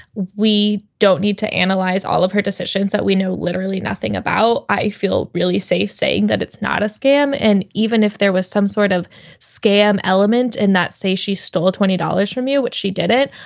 we don't need to analyze all of her decision. we know literally nothing about. i feel really safe saying that it's not a scam. and even if there was some sort of scam element in that, say she stole twenty dollars from you, which she did it.